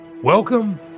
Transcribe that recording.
Welcome